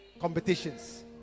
competitions